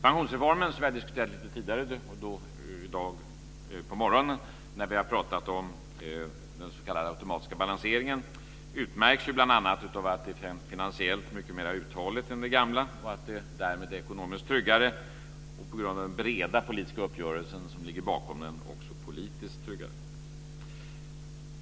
Pensionsreformen, som vi har diskuterat lite tidigare i dag på morgonen när vi har talat om den s.k. automatiska balanseringen, utmärks ju bl.a. av att den finansiellt är mycket mer uthållig än den gamla och att den därmed är ekonomiskt tryggare och, på grund av den breda politiska uppgörelsen som ligger bakom den, också politiskt tryggare.